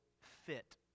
fit